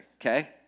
okay